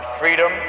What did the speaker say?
freedom